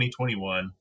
2021